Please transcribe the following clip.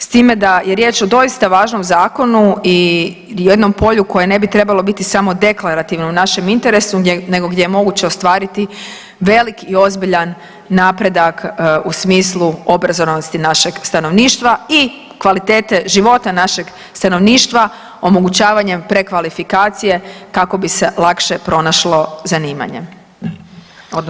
S time da je riječ o doista važnom zakonu i jednom polju koje ne bi trebalo biti samo deklarativno u našem interesu, nego gdje je moguće ostvariti velik i ozbiljan napredak u smislu obrazovanosti našeg stanovništva i kvalitete života našeg stanovništva omogućavanjem prekvalifikacije kako bi se lakše pronašlo zanimanje odnosno posao.